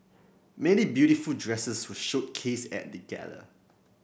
many beautiful dresses were showcased at the gala